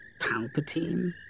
Palpatine